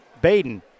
Baden